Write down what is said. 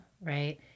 right